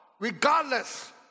regardless